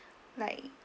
like